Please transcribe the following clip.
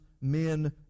Men